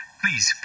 please